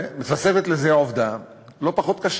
מתווספת לזה עובדה לא פחות קשה,